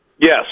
Yes